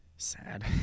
Sad